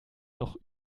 noch